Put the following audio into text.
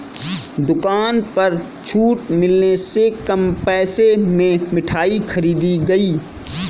दुकान पर छूट मिलने से कम पैसे में मिठाई खरीदी गई